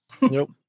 Nope